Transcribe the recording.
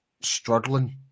struggling